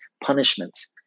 punishments